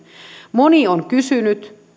moni on kysynyt